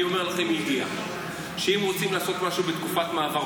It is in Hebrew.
ואני אומר לכם מידיעה שאם רוצים לעשות משהו בתקופת מעבר,